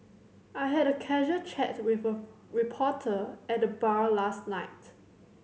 I had a casual chat with a reporter at the bar last night